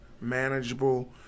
manageable